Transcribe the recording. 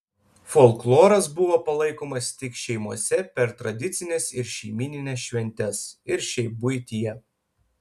folkloras buvo palaikomas tik šeimose per tradicines ir šeimynines šventes ir šiaip buityje